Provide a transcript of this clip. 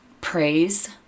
praise